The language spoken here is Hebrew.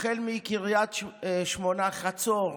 החל מקריית שמונה, חצור,